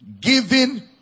Giving